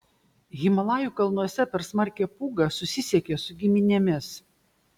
himalajų kalnuose per smarkią pūgą susisiekė su giminėmis